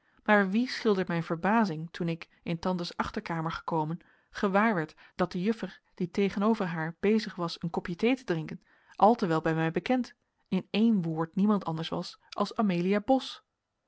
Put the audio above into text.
maar wie schildert mijn verbazing toen ik in tantes achterkamer gekomen gewaarwerd dat de juffer die tegenover haar bezig was een kopje thee te drinken al te wel bij mij bekend in één woord niemand anders was als amelia bos